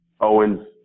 Owens